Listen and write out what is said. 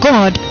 God